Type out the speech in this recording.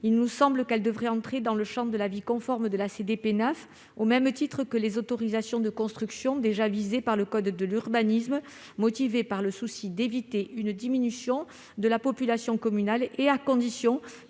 maintenue, elle devrait être assujettie à l'avis conforme de la CDPENAF, au même titre que les autorisations de construction déjà visées par le code de l'urbanisme, motivées par la volonté d'éviter la diminution de la population communale et à condition